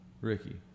Ricky